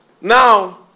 Now